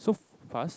so fast